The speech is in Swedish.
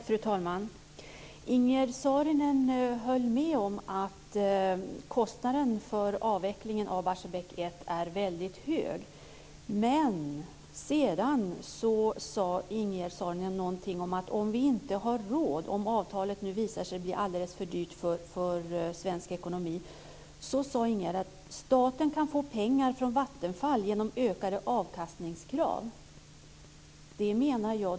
Fru talman! Ingegerd Saarinen höll med om att kostnaden för avvecklingen av Barsebäck 1 är väldigt hög. Men sedan sade hon att om vi inte har råd, om avtalet visar sig bli alldeles för dyrt för svensk ekonomi, kan staten få pengar från Vattenfall genom ökade avkastningskrav.